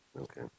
Okay